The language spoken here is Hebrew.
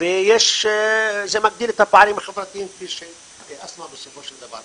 וזה מגדיל את הפערים החברתיים בסופו של דבר,